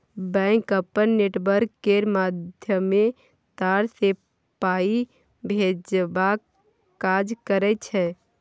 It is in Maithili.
बैंक अपन नेटवर्क केर माध्यमे तार सँ पाइ भेजबाक काज करय छै